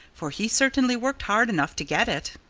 for he certainly worked hard enough to get it.